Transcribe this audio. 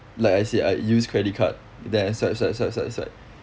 like I said I use credit card then I swipe swipe swipe swipe swipe